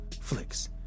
flicks